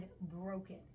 broken